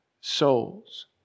souls